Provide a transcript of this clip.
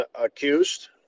accused